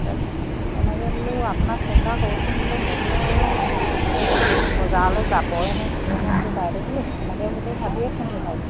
তা তেনেকৈ বোলো আপোনাক ফোন এটা কৰোচোন বোলো মই বোলো বজাৰলৈ যাবইনে কিয়েনে বোলো বাইদেৱে বোলো তেনেকৈ বুলি ভাবিয়েই ফোনটো